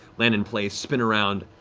land in place, spin around.